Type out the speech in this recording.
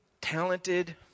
talented